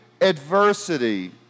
adversity